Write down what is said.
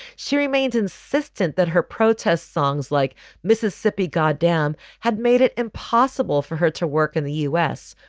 she remains insistent that her protest songs like mississippi goddam had made it impossible for her to work in the u s,